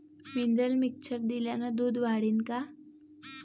Mineral mixture दिल्यानं दूध वाढीनं का?